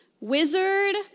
wizard